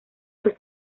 sus